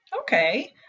Okay